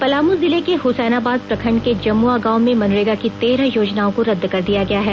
पलामू जिले के हुसैनाबाद प्रखंड के जमुआ गांव में मनरेगा की तेरह योजनाओं को रद्द कर दिया गया है